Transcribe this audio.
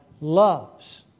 loves